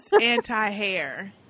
anti-hair